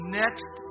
next